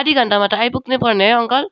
आधा घन्टामा त आइपुग्नु पर्ने है अङ्कल